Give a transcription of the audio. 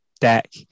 Deck